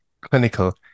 clinical